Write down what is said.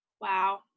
Wow